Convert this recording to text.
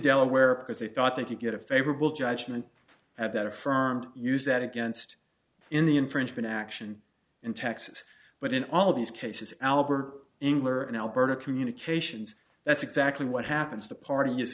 delaware because they thought they could get a favorable judgment at that affirmed use that against in the infringement action in texas but in all of these cases albert engler in alberta communications that's exactly what happens the party is